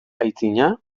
aitzina